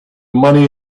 money